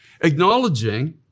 Acknowledging